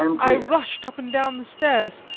i rushed up and down the stairs,